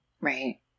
Right